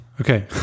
Okay